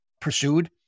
pursued